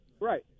Right